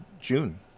June